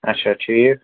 اَچھا ٹھیٖک